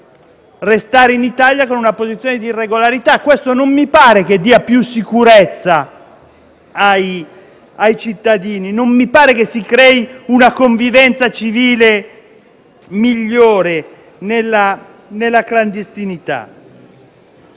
clandestinità e restare in Italia con una posizione di irregolarità. Non mi pare che questo dia più sicurezza ai cittadini. Non mi pare che si crei una convivenza civile migliore nella clandestinità.